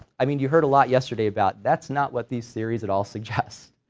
i mean you heard a lot yesterday about that's not what these theories at all suggest.